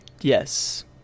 Yes